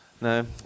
No